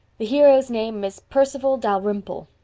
the hero's name is perceval dalrymple.